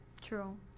true